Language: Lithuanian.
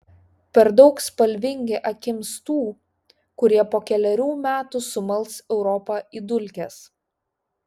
per daug spalvingi akims tų kurie po kelerių metų sumals europą į dulkes